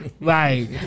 Right